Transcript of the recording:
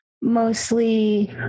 mostly